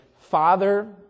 Father